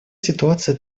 ситуация